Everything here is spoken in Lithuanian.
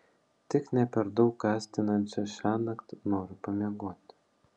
tik ne per daug gąsdinančią šiąnakt noriu pamiegoti